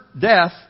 death